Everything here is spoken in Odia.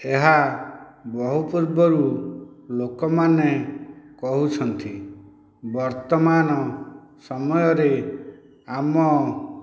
ଏହା ବହୁ ପୂର୍ବରୁ ଲୋକମାନେ କହୁଛନ୍ତି ବର୍ତ୍ତମାନ ସମୟରେ ଆମ